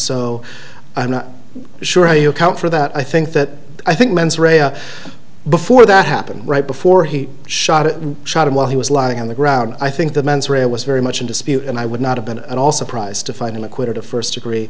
so i'm not sure how you account for that i think that i think mens rea before that happened right before he shot it and shot him while he was lying on the ground i think the mens rea was very much in dispute and i would not have been at all surprised to find him acquitted of first degree